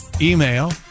email